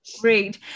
Great